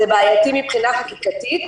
זה בעייתי מבחינה חקיקתית,